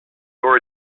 your